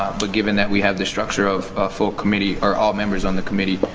but given that we have the structure of a full committee or all members on the committee,